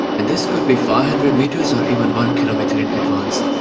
and this could be four hundred metres or even one kilometre in advance.